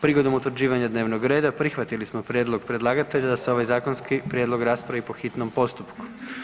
Prigodom utvrđivanja dnevnog reda prihvatili smo prijedlog predlagatelja da se ovaj zakonski prijedlog raspravi po hitnom postupku.